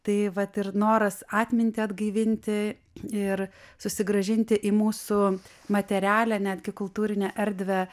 tai vat ir noras atmintį atgaivinti ir susigrąžinti į mūsų materialią netgi kultūrinę erdvę